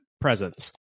presence